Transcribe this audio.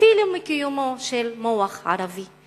אפילו מקיומו של מוח ערבי.